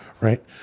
right